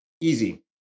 Easy